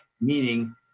meaning